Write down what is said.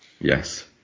Yes